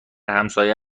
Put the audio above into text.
همساین